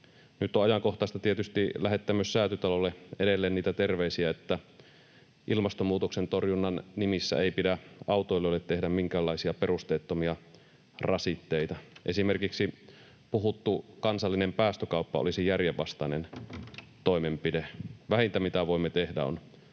Nyt on ajankohtaista tietysti lähettää myös Säätytalolle edelleen niitä terveisiä, että ilmastonmuutoksen torjunnan nimissä ei pidä autoilijoille tehdä minkäänlaisia perusteettomia rasitteita. Esimerkiksi puhuttu kansallinen päästökauppa olisi järjenvastainen toimenpide. Vähintä, mitä voimme tehdä, on